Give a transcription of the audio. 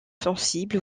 sensibles